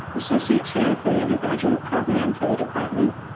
associate chair for the undergraduate program for the department.